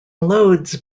loads